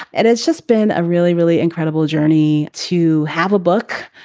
and it's just been a really, really incredible journey to have a book.